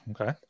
Okay